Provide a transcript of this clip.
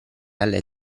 alle